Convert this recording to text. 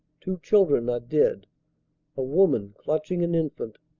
two children are dead a woman, clutching an infant,